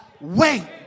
wait